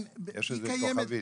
כן, היא קיימת.